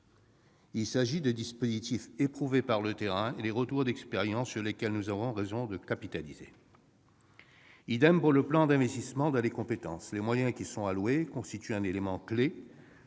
Il s'agit de dispositifs éprouvés par le terrain et par les retours d'expérience, sur lesquels nous avons raison de capitaliser. pour le plan d'investissement dans les compétences ; les moyens qui y sont alloués constituent un élément clé